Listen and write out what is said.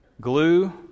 glue